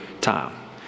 time